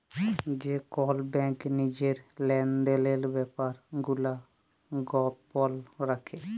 যে কল ব্যাংক লিজের লেলদেলের ব্যাপার গুলা গপল রাখে